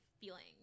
feeling